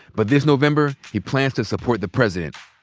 but this november he plans to support the president.